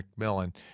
McMillan